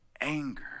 anger